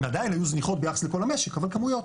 הן עדיין היו זניחות ביחס לכל המשק, אבל כמויות.